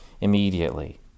immediately